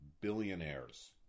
billionaires